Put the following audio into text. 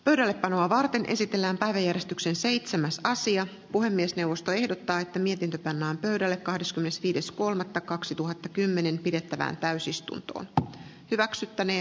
reppanoa varten esitellä eristyksen seitsemäs rasia puhemiesneuvosto ehdottaa että mietintö pannaan pöydälle kahdeskymmenesviides kolmatta kaksituhattakymmenen pidettävään täysistuntoon ja hyväksyttänee